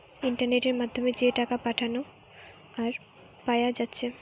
ইন্টারনেটের মাধ্যমে যে টাকা পাঠানা আর পায়া যাচ্ছে